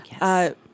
Yes